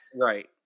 Right